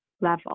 level